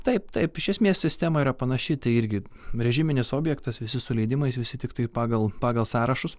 taip taip iš esmės sistema yra panaši tai irgi režiminis objektas visi su leidimais visi tiktai pagal pagal sąrašus